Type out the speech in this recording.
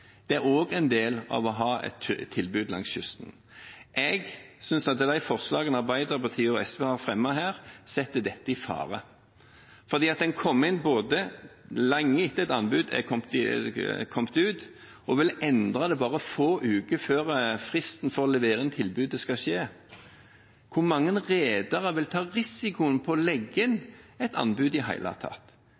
Det er også en del av å ha et tilbud langs kysten. Jeg synes at de forslagene som Arbeiderpartiet og SV har fremmet her, setter dette i fare fordi en både kom inn lenge etter at anbudet ble satt ut, og vil endre det bare få uker før fristen for å levere inn anbud utløper. Hvor mange redere vil ta risikoen med å legge inn et anbud i det hele tatt?